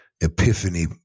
epiphany